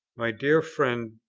my dear friend,